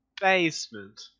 basement